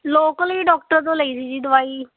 local ਹੀ doctor ਤੋਂ ਲਈ ਸੀ ਜੀ ਦਵਾਈ